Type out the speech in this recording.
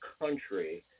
country